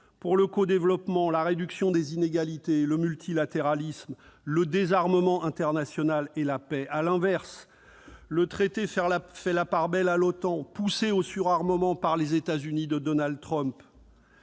pour le codéveloppement, la réduction des inégalités, le multilatéralisme, le désarmement international et la paix. À l'inverse, le traité fait la part belle à l'OTAN, poussée au surarmement par les États-Unis de Donald Trump.